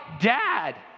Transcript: dad